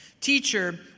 Teacher